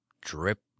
drip